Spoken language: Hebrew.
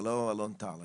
זה לא אלון טל שאומר,